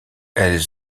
elles